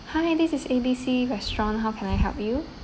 hi this is A B C restaurant how can I help you